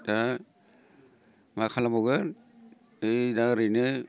दा मा खालामबावगोन नै दा ओरैनो